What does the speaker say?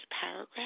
paragraph